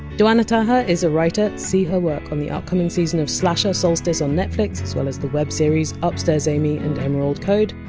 duana taha is a writer see her work on the upcoming season of slasher solstice on netflix, as well as the web series upstairs amy and emerald code.